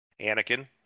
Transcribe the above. Anakin